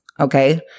Okay